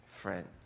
friends